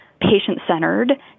patient-centered